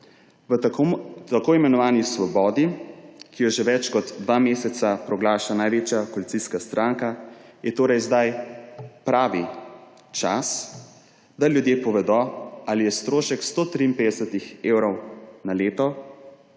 V tako imenovani svobodi, ki jo že več kot dva meseca proglaša največja koalicijska stranka, je torej sedaj pravi čas, da ljudje povedo, ali je strošek 153 evrov na leto